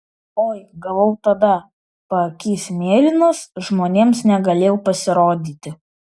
oi gavau tada paakys mėlynas žmonėms negalėjau pasirodyti